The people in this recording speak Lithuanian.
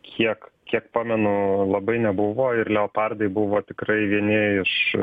kiek kiek pamenu labai nebuvo ir leopardai buvo tikrai vieni iš